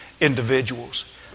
individuals